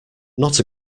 not